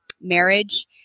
marriage